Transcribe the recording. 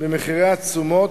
במחירי התשומות,